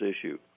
issue